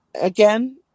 again